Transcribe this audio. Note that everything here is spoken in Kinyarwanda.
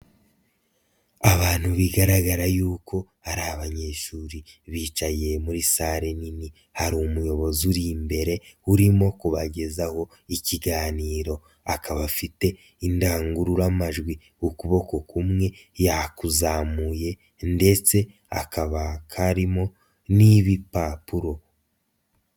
Abantu bigaragara yuko ari abanyeshuri bicaye muri sale nini, hari umuyobozi uri imbere urimo kubagezaho ikiganiro akaba afite indangururamajwi, ukuboko kumwe yakuzamuye ndetse akaba karimo n'ibipapuro.